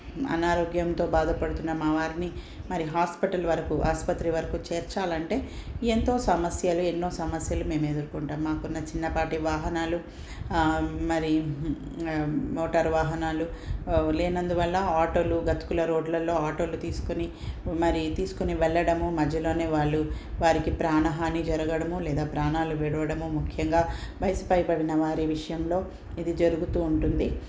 అనారోగ్యంతో బాధపడుతున్న మా వారిని మరి హాస్పిటల్ వరకు ఆసుపత్రి వరకు చేర్చాలంటే ఎంతో సమస్యలు ఎన్నో సమస్యలు మేము ఎదురుకొంటాము మాకు ఉన్న చిన్నపాటి వాహనాలు మరి మోటార్ వాహనాలు లేనందు వల్ల ఆటోలు గతుకుల రోడ్లలో ఆటోలు తీసుకొని మరీ తీసుకొని వెళ్ళడము మధ్యలోనే వాళ్ళు వారికి ప్రాణహాని జరగడము లేదా ప్రాణాలు విడవడము ముఖ్యంగా వయసు పైబడిన వారి విషయంలో ఇది జరుగుతూ ఉంటుంది